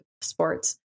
sports